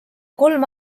kolm